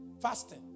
Fasting